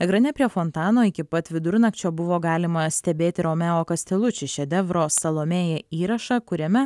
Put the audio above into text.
ekrane prie fontano iki pat vidurnakčio buvo galima stebėti romeo kasteluči šedevro salomėja įrašą kuriame